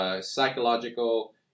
psychological